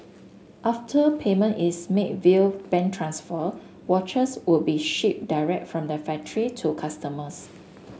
after payment is made via bank transfer watches would be shipped direct from the to customers